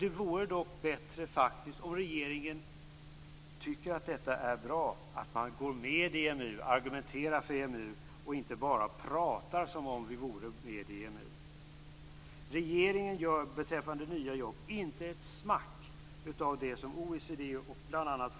Det vore dock bättre om regeringen tycker att det är bra att gå med i EMU, argumenterar för EMU och inte bara pratar som om vi vore med i EMU. Regeringen gör beträffande nya jobb inte ett smack av det som OECD och bl.a.